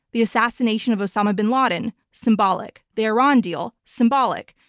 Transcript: the assassination of osama bin laden, symbolic. the iran deal, symbolic.